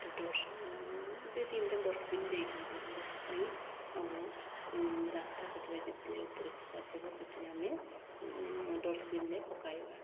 ଗୋଟେ ଦୁଇ ତିନିଟା ଡଷ୍ଟବିନ୍ ଦେଇଛନ୍ତି ଯାହାପାଇଁ ଆମ ରାସ୍ତାକଡ଼ରେ ଯେତେ ଅପରିଷ୍କାର ଥିବ ସେଥିର ଆମେ ଡଷ୍ଟବିନ୍ରେ ପକାଇବା